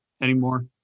anymore